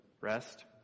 rest